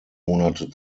monate